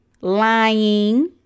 lying